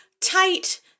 tight